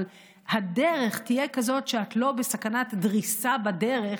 אבל הדרך תהיה כזאת שאת לא בסכנת דריסה בדרך,